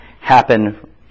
happen